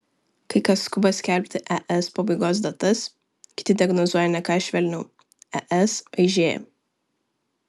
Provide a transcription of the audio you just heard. kai kas skuba skelbti es pabaigos datas kiti diagnozuoja ne ką švelniau es aižėja